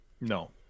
no